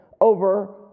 over